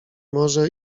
może